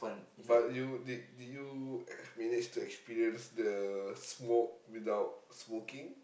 but you did did you uh manage to experience the smoke without smoking